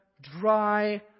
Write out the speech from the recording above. dry